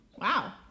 Wow